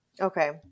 Okay